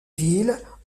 villes